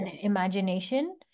imagination